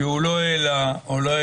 כפי שהיועץ המשפטי של הוועדה ציין,